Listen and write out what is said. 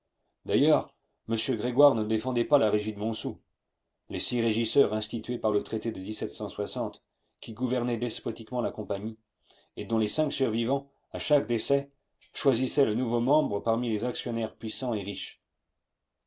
d'ailleurs m grégoire ne défendait pas la régie de montsou les six régisseurs institués par le traité de qui gouvernaient despotiquement la compagnie et dont les cinq survivants à chaque décès choisissaient le nouveau membre parmi les actionnaires puissants et riches